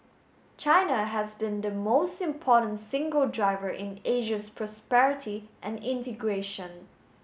China has been the most important single driver in Asia's prosperity and integration